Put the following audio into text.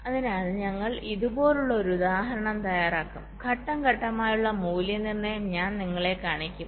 അതിനാൽ ഞങ്ങൾ ഇതുപോലുള്ള ഒരു ഉദാഹരണം തയ്യാറാക്കും ഘട്ടം ഘട്ടമായുള്ള മൂല്യനിർണ്ണയം ഞാൻ നിങ്ങളെ കാണിക്കും